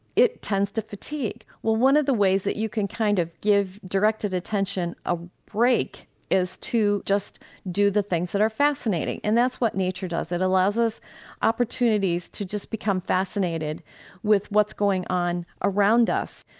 it tends to fatigue. well one of the ways that you can kind of give directed attention a break is to just do the things that are fascinating and that's what nature does. it allows us opportunities to just become fascinated with what's going on around us,